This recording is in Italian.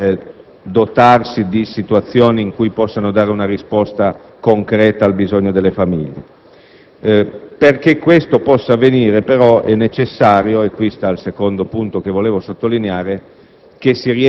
e dotandosi di strumenti che possano dare una risposta concreta al bisogno delle famiglie. Affinché ciò possa avvenire, però, è necessario - questo è il secondo punto che volevo sottolineare